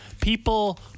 People